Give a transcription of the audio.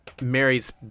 mary's